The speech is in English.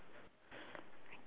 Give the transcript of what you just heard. uh should I circle that also